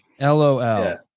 LOL